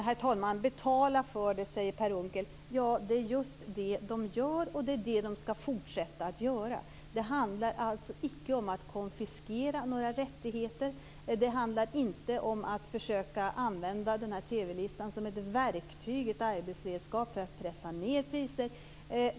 Herr talman! Betala för det, säger Per Unckel. Det är just det de gör och det är det de skall fortsätta att göra. Det handlar alltså icke om att konfiskera några rättigheter. Det handlar inte om att försöka använda den här TV-listan som ett verktyg för att pressa ned priser.